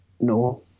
No